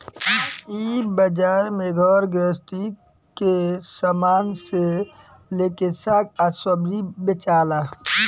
इ बाजार में घर गृहस्थी के सामान से लेके साग आ सब्जी भी बेचाला